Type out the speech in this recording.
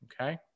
okay